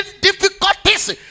difficulties